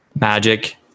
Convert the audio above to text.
magic